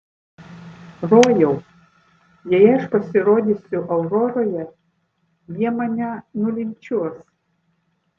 rojau jei aš pasirodysiu auroroje jie mane nulinčiuos